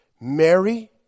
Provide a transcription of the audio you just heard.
Mary